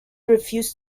refused